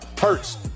Hurts